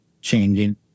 changing